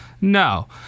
No